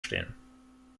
stehen